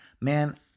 man